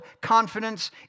confidence